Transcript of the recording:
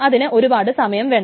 അതിന് ഒരുപാട് സമയം വേണം